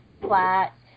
flat